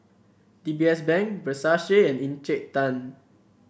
D B S Bank Versace and Encik Tan